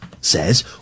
says